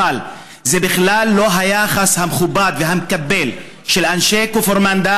אבל זה בכלל לא היחס המכובד והמקבל של אנשי כפר מנדא